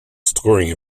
scoring